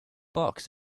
box